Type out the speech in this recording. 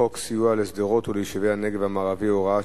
סיוע לשדרות וליישובי הנגב המערבי (הוראת